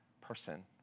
person